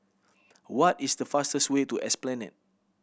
what is the fastest way to Esplanade